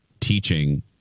teaching